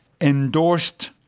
endorsed